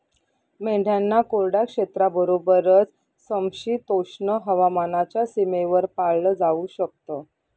मेंढ्यांना कोरड्या क्षेत्राबरोबरच, समशीतोष्ण हवामानाच्या सीमेवर पाळलं जाऊ शकत